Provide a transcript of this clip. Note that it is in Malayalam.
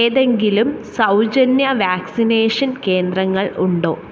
ഏതെങ്കിലും സൗജന്യ വാക്സിനേഷൻ കേന്ദ്രങ്ങൾ ഉണ്ടോ